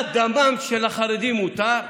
מה, דמם של החרדים הותר?